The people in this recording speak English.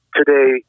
today